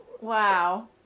Wow